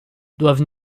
doivent